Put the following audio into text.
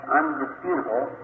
undisputable